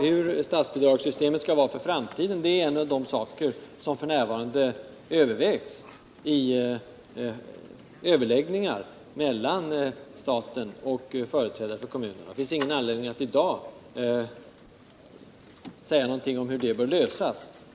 Hur statsbidragssystemet skall vara i framtiden är en av de saker som f. n. diskuteras av företrädare för staten och kommunerna. Det finns ingen anledning att i dag säga någonting om hur det problemet bör lösas.